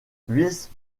vice